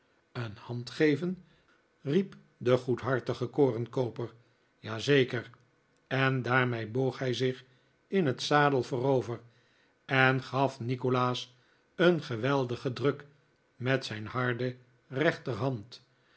een hand geven riep de goedhartige korenkooper ja zeker en daarmee boog hij zich in het zadel voorover en gaf nikolaas een geweldigen druk met zijn harde rechterhand